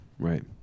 Right